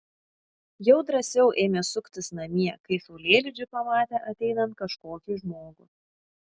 jau drąsiau ėmė suktis namie kai saulėlydžiu pamatė ateinant kažkokį žmogų